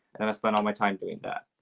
and i spend all my time doing that.